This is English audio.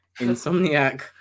insomniac